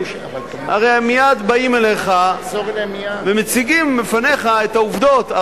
הרי מייד באים אליך ומציגים בפניך את העובדות,